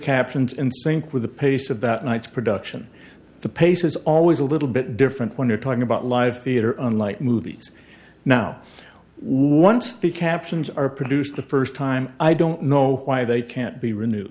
captions in sync with the pace of that night's production the pace is always a little bit different when you're talking about live theater on light movies now once the captions are produced the first time i don't know why they can't be renew